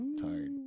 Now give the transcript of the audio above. Tired